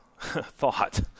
thought